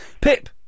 Pip